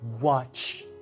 watch